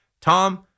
Tom